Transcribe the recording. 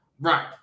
Right